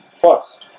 plus